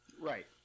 right